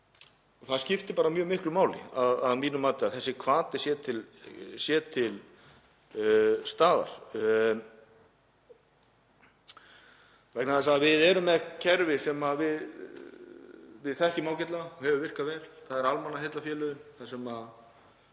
Það skiptir mjög miklu máli að mínu mati að þessi hvati sé til staðar. Við erum með kerfi sem við þekkjum ágætlega og hefur virkað vel, þ.e. almannaheillafélögin. Þar geta